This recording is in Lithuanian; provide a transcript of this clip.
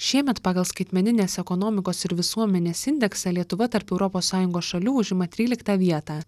šiemet pagal skaitmeninės ekonomikos ir visuomenės indeksą lietuva tarp europos sąjungos šalių užima tryliktą vietą